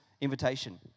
invitation